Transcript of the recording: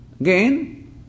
again